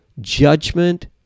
judgment